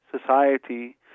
society